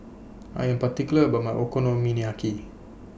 I Am particular about My Okonomiyaki